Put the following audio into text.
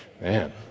Man